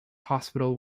hospital